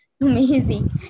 Amazing